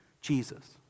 Jesus